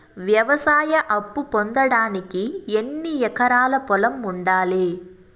వ్యవసాయ అప్పు పొందడానికి ఎన్ని ఎకరాల పొలం ఉండాలి?